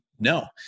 No